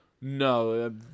No